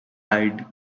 eyed